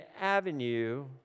avenue